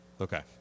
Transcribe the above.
Okay